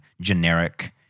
generic